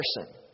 person